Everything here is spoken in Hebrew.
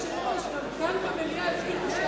אדוני היושב-ראש, גם כאן, במליאה, הבטיחו,